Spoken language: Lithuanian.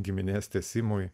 giminės tęsimui